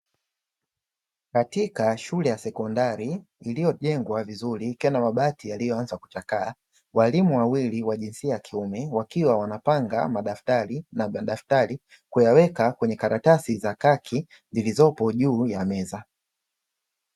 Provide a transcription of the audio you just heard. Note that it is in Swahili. Katika shule ya sekondari iliyojengwa vizuri ikiwa na mabati yaliyoanza kuchakaa. Waalimu wawili wa jinsia ya kiume wakiwa wanapanga madaftari, kuyaweka kwenye karatasi za kaki zilizopo juu ya meza.